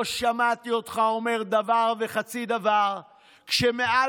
לא שמעתי אומר אותך אומר דבר וחצי דבר כשמעל